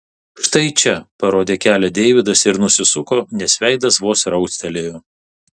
štai čia parodė kelią deividas ir nusisuko nes veidas vos raustelėjo